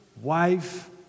wife